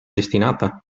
destinata